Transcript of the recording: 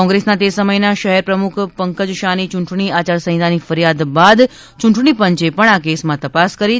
કોંગ્રેસના તે સમયના શહેર પ્રમુખ પંકજ શાહની ચુંટણી આયારસંહિતાની ફરિયાદ બાદ ચુંટણી પંચે પણ આ કેસમાં તપાસ કરી હતી